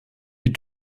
die